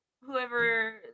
whoever